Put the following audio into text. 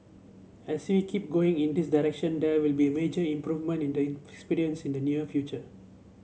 as we keep going in this direction there will be a major improvement in the experience in the near future